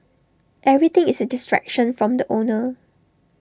everything is A distraction from the owner